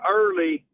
early